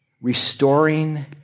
restoring